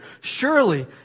Surely